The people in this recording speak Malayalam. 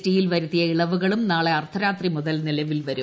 ടി യിൽ വരുത്തിയുള്ളപ്പുകളും നാളെ അർദ്ധരാത്രി മുതൽ നിലവിൽ വരും